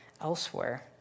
elsewhere